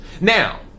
Now